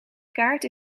kaart